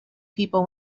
people